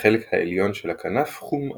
החלק העליון של הכנף חום-אדום.